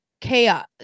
chaos